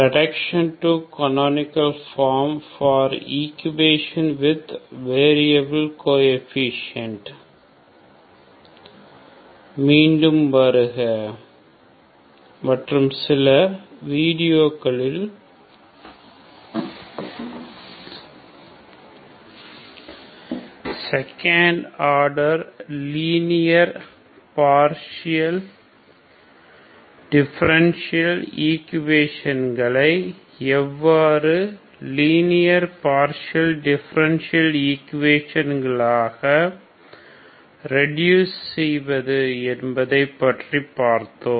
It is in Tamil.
reduction to canonical form for equation with variable coefficient மீண்டும் வருக மற்றும் கடைசி சில வீடியோக்களில் second order linear partial differential equation களை எவ்வாறு லீனியர் பார்ஷியல் டிஃபரண்டியல் ஈக்வடேசன் களாகரேடூஸ் செய்வது என்பதை பற்றி பார்த்தோம்